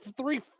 three